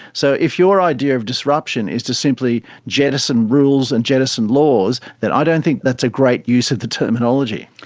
so if your idea of disruption is to simply jettison rules and jettison laws, then i don't think that's a great use of the terminology.